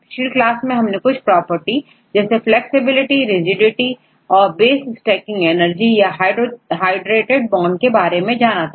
पिछली क्लास में हमने कुछ प्रॉपर्टी जैसे फ्लैक्सिबिलिटी और रिगिडिटी तथा बेस स्टैकिंग एनर्जी या हाइड्रेटेड बॉन्ड के बारे में देखा था